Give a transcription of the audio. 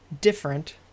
different